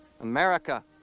America